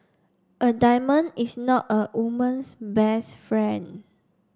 a diamond is not a woman's best friend